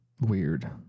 weird